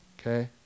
okay